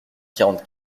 quarante